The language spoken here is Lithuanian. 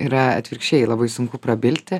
yra atvirkščiai labai sunku prabilti